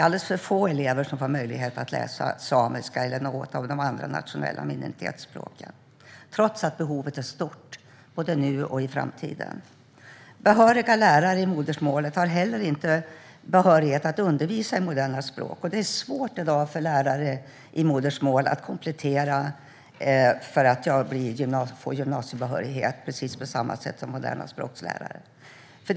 Alldeles för få elever får möjlighet att läsa samiska eller något av de andra nationella minoritetsspråken trots att behovet är stort nu och kommer att vara det i framtiden. Behöriga lärare i modersmål har heller inte behörighet att undervisa i moderna språk, och det är svårt i dag för lärare i modersmål att komplettera för att få gymnasiebehörighet på samma sätt som lärare i moderna språk kan göra.